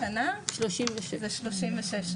בן גיגי זה אומר שבכל השנה זה שלושים ושש שעות.